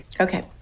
Okay